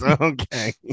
Okay